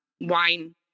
wine